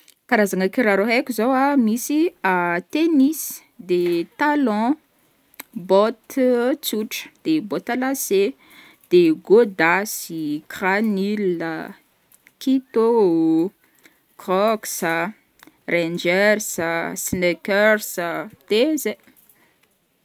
Karazagna kiraro haiko zao misy: tennis, de talons, bottes tsotra, de bottes à lacets, de gôdasy, kiranila a, kitô, crocks a, ringers a, sneakers a, de zay.